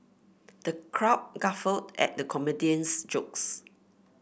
the crowd guffawed at the comedian's jokes